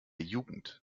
jugend